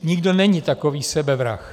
Nikdo není takový sebevrah.